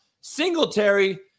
Singletary